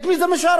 את מי זה משרת?